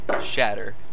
Shatter